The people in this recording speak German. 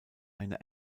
eine